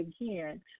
again